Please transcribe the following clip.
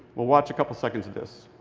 we'll watch a couple seconds of this.